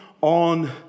on